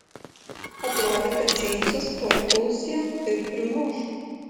atrodė kad džeimsas tuoj puls ją ir primuš